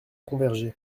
convergé